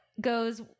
goes